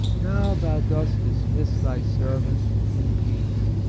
now thou dost dismiss thy serv ant in peace.